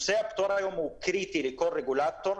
היום הוא קריטי לכל רגולטור.